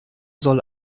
soll